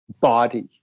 body